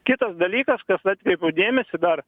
kitas dalykas kas atkreipiau dėmesį dar